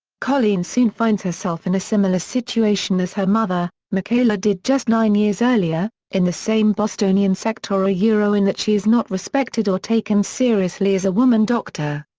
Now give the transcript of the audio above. colleen soon finds herself in a similar situation as her mother, michaela did just nine years earlier in the same bostonian sector ah in that she is not respected or taken seriously as a woman doctor.